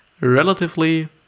relatively